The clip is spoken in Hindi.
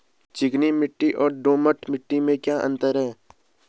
चिकनी मिट्टी और दोमट मिट्टी में क्या अंतर है?